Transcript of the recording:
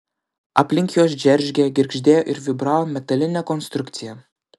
aplink juos džeržgė girgždėjo ir vibravo metalinė konstrukcija